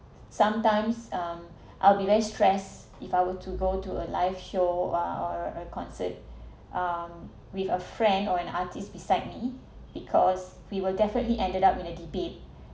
sometimes I'll be less stress if I were to go to a live show uh or or a concert um with a friend or an artist beside me because we will definitely ended up in the debate